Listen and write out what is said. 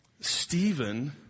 Stephen